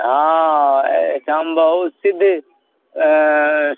हँ एहिठाम बहुत सिद्ध